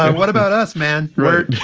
what about us, man? right.